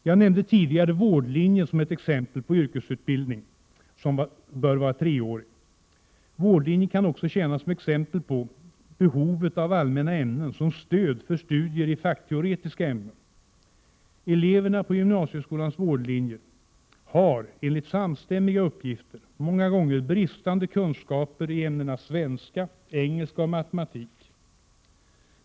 Jag nämnde tidigare vårdlinjen som ett exempel på yrkesutbildning som bör vara treårig. Vårdlinjen kan också tjäna som exempel på behovet av allmänna ämnen som stöd för studier i fackteoretiska ämnen. Eleverna på gymnasieskolans vårdlinje har — enligt samstämmiga uppgifter — många gånger bristande kunskaper i ämnena svenska, engelska och matematik.